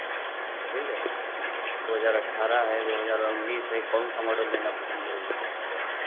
ठीक है दो हज़ार अठारह है दो हज़ार उन्नीस है कौन सा मॉडल लेना पसंद करोगे